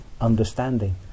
understanding